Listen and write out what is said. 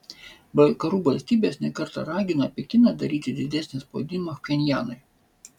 vakarų valstybės ne kartą ragino pekiną daryti didesnį spaudimą pchenjanui